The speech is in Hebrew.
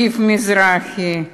זיו מזרחי,